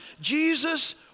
Jesus